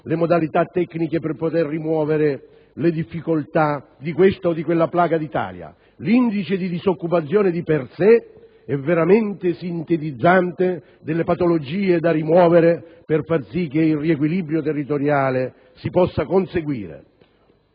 le modalità tecniche per poter rimuovere le difficoltà di questa o di quella plaga d'Italia. L'indice di disoccupazione di per sé è veramente sintetizzante delle patologie da rimuovere per far sì che il riequilibrio territoriale si possa conseguire.